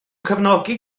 cefnogi